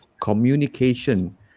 communication